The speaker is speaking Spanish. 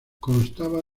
constaba